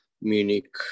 Munich